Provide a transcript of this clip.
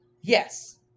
Yes